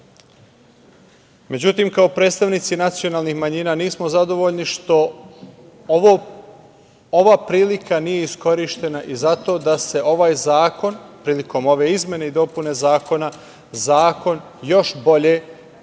Međutim, kao predstavnici nacionalnih manjina nismo zadovoljni što ova prilika nije iskorišćena i za to da se ovaj zakon, prilikom ove izmene i dopune zakona, još bolje i